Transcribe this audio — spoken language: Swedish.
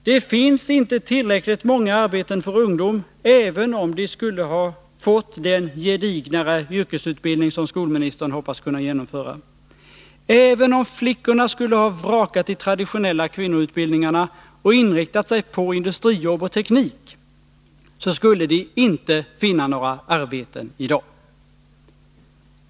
Det finns inte tillräckligt många arbeten för ungdomarna, även om de skulle ha fått den gedignare yrkesutbildning som skolministern hoppas kunna genomföra. Även om flickorna skulle ha vrakat de traditionella kvinnoutbildningarna och inriktat sig på industrijobb och teknik, skulle de inte finna några arbeten i dag.